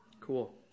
Cool